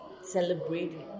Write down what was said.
celebrating